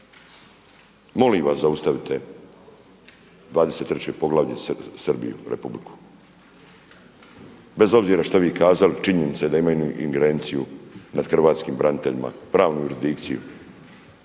Molim vas zaustavite 23. poglavlje Republiku Srbiju. Bez obzira što vi kazali činjenica je da imaju ingerenciju nad hrvatskim braniteljima, pravnu jurisdikciju.